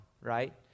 right